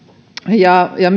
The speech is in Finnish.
ja ja